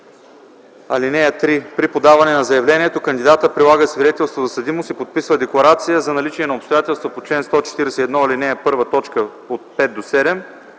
„(3) При подаване на заявлението кандидатът прилага свидетелство за съдимост и подписва декларация за наличие на обстоятелствата по чл. 141, ал. 1, т. 5-7.